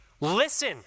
listen